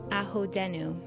ahodenu